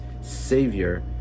Savior